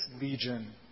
legion